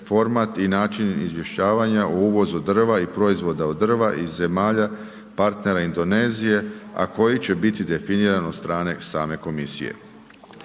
format i način izvješćavanja u uvozu drva i proizvoda od drva iz zemalja partnera Indonezije, a koji će biti definiran od strane same komisije.